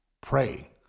pray